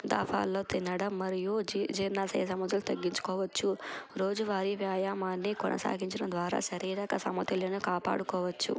దఫాల్లో తినడం మరియు జీ జీర్ణ సమస్యలు తగ్గించుకోవచ్చు రోజు వారి వ్యాయామాన్ని కొనసాగించడం ద్వారా శరీరక సమతుల్యతను కాపాడుకోవచ్చు